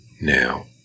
Now